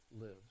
lives